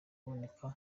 kuboneka